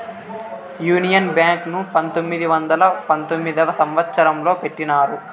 union Bank ను పంతొమ్మిది వందల పంతొమ్మిదవ సంవచ్చరంలో పెట్టినారు